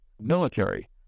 military